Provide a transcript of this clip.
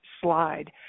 slide